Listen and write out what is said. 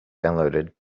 downloaded